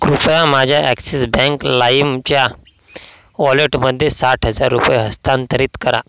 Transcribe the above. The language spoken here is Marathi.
कृपया माझ्या ॲक्सिस बँक लाईमच्या वॉलेटमध्ये साठ हजार रुपये हस्तांतरित करा